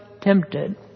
tempted